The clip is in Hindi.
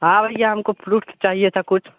हाँ भैया हमको फ्रूट चाहिए था कुछ